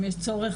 אם יש צורך